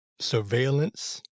Surveillance